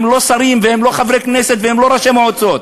והם לא שרים והם לא חברי כנסת והם לא ראשי מועצות.